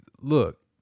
look